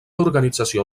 organització